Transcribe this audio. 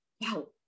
wow